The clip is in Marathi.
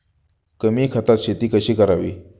कमी खतात शेती कशी करावी?